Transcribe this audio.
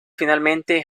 finalmente